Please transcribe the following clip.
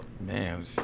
Man